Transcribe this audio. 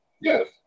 Yes